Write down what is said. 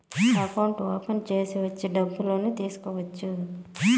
అకౌంట్లు ఓపెన్ చేసి వచ్చి డబ్బులు తీసుకోవచ్చు